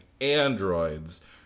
androids